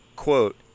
quote